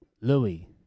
Louis